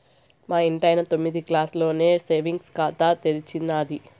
మా ఇంటాయన తొమ్మిదో క్లాసులోనే సేవింగ్స్ ఖాతా తెరిచేసినాది